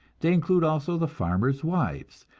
they include also the farmers' wives,